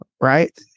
right